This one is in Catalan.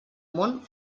món